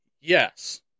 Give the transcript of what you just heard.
Yes